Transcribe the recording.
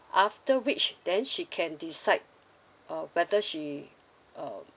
after which then she can decide uh whether she err